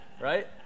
right